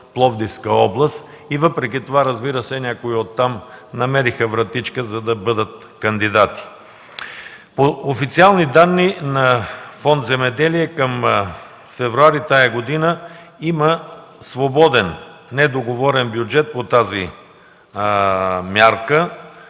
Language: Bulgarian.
Пловдивска област. Въпреки това някои оттам намериха вратичка, за да бъдат кандидати. По официални данни на фонд „Земеделие“ към февруари тази година има свободен недоговорен бюджет по тази мярка.